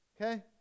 Okay